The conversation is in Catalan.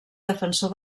defensor